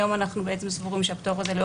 היום אנחנו סבורים שהפטור הזה לא...